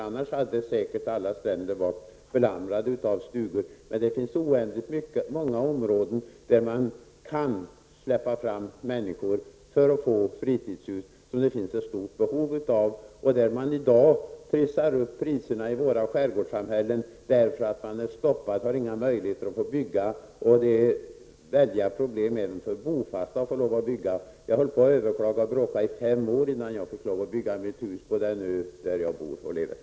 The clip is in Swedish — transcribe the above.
Annars hade säkert alla stränder varit belamrade med stugor. Men det finns oändligt många områden där man kan släppa fram människor för att få bygga fritidshus. Det finns stora behov av det. Där trissar man i dag upp priserna i våra skärgårdssamhällen, eftersom man är stoppade och inte har någon möjlighet att få bygga. Det är stora problem även för bofasta att få lov att bygga. Jag höll på att överklaga och bråka i fem år innan jag fick lov att bygga mitt hus på den ö där jag bor och lever.